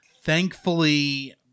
thankfully